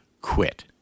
quit